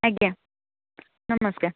ଆଜ୍ଞା ନମସ୍କାର